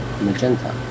magenta